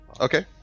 Okay